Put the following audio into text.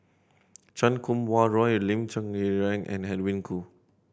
Chan Kum Wah Roy Lim Cherng Yih and Edwin Koo